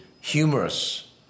humorous